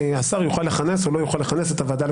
השר יוכל לכנס או לא יוכל לכנס את הוועדה לבחירת שופטים.